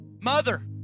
mother